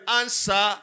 answer